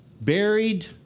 buried